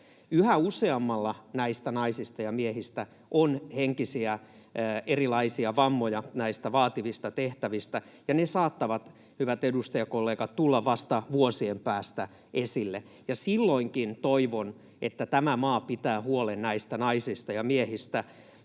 Yhä useammalla näistä naisista ja miehistä on erilaisia henkisiä vammoja näistä vaativista tehtävistä, ja ne saattavat, hyvät edustajakollegat, tulla vasta vuosien päästä esille. Toivon, että silloinkin tämä maa pitää huolen näistä naisista ja miehistä,